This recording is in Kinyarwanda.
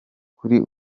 kuri